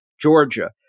Georgia